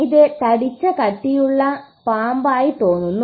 ഇത് തടിച്ച കട്ടിയുള്ള പാമ്പായി തോന്നുന്നു